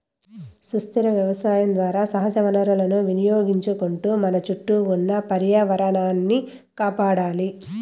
సుస్థిర వ్యవసాయం ద్వారా సహజ వనరులను వినియోగించుకుంటూ మన చుట్టూ ఉన్న పర్యావరణాన్ని కాపాడాలి